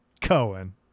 Cohen